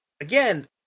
again